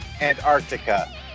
Antarctica